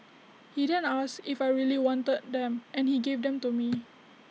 he then asked if I really wanted them and he gave them to me